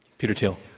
peter thiel.